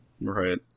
right